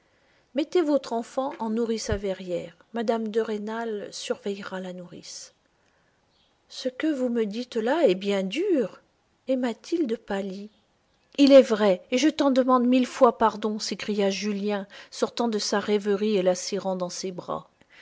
mettez votre enfant en nourrice à verrières mme de rênal surveillera la nourrice ce que vous me dites là est bien dur et mathilde pâlit il est vrai et je t'en demande mille fois pardon s'écria julien sortant de sa rêverie et la serrant dans ses bras